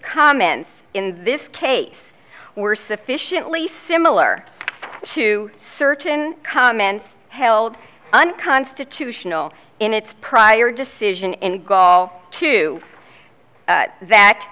comments in this case were sufficiently similar to certain comments held unconstitutional in its prior decision in gaul to that